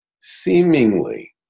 seemingly